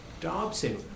Dobson